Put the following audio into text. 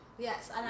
Yes